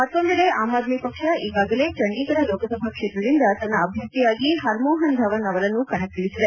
ಮತ್ತೊಂದೆಡೆ ಆಮ್ ಆದ್ಮಿ ಪಕ್ಷ ಈಗಾಗಲೇ ಚಂಡೀಗಢ ಲೋಕಸಭಾಕ್ಷೇತ್ರದಿಂದ ತನ್ನ ಅಭ್ಯರ್ಥಿಯಾಗಿ ಹರ್ಮೋಹನ್ ಧವನ್ ಅವರನ್ನು ಕಣಕ್ಕಿಳಿಸಿದೆ